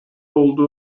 olduğu